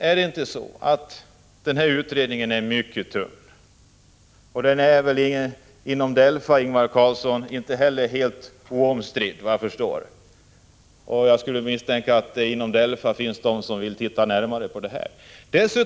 Är det inte så att denna utredning är mycket tunn? Den är väl inte heller, Ingvar Karlsson i Bengtsfors, inom DELFA helt oomstridd. Jag skulle misstänka att det inom DELFA finns de som vill titta närmare på det här.